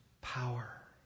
power